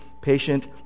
patient